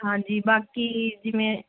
ਹਾਂਜੀ ਬਾਕੀ ਜਿਵੇਂ